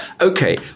Okay